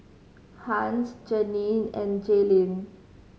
Hans Janine and Jalyn